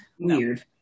weird